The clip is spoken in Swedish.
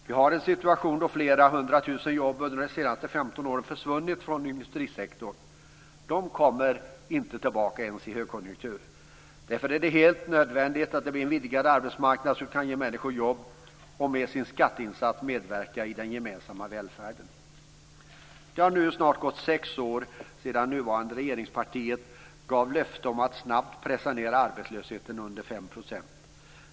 Vi har en situation då flera 100 000 jobb har försvunnit från industrisektorn under de senaste 15 åren. De kommer inte tillbaka ens i högkonjunktur. Därför är det helt nödvändigt att det blir en vidgad arbetsmarknad som kan ge människor jobb så att de med sin skatteinsats kan medverka i den gemensamma välfärden. Det har snart gått sex år sedan nuvarande regeringsparti gav löfte om att snabbt pressa ned arbetslösheten under 5 %.